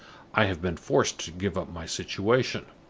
i have been forced to give up my situation,